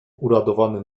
uradowany